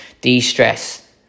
de-stress